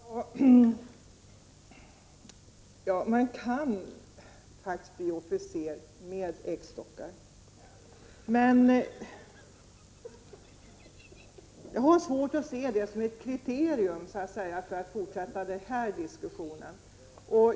Herr talman! Man kan faktiskt bli officer med äggstockar, men jag har svårt att se det som ett kriterium för att fortsätta den här diskussionen.